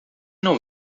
não